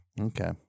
Okay